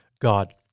God